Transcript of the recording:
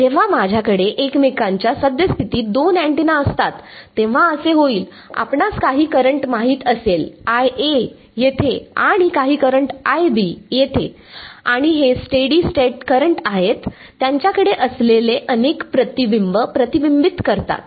जेव्हा माझ्याकडे एकमेकांच्या सद्यस्थितीत दोन अँटेना असतात तेव्हा असे होईल आपणास काही करंट माहित असेल येथे आणि काही करंट येथे आणि हे स्टेडी स्टेट करंट आहेत त्यांच्याकडे असलेले अनेक प्रतिबिंब प्रतिबिंबित करतात